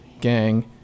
gang